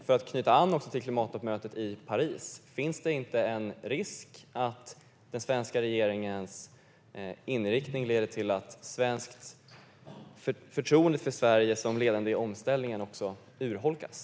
För att knyta an till klimattoppmötet i Paris blir min fråga: Finns det inte en risk att den svenska regeringens inriktning leder till att förtroendet för Sverige som ledande i omställningen urholkas?